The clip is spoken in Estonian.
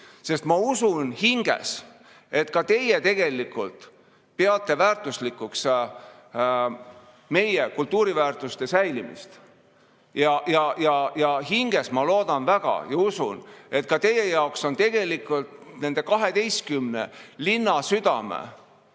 Sest ma usun, et ka teie tegelikult peate hinges väärtuslikuks meie kultuuriväärtuste säilimist. Ja ma loodan väga ja usun, et ka teie jaoks on tegelikult nende 12 linnasüdame